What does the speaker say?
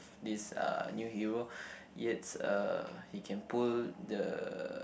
this uh new hero yet uh he can pull the